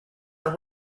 are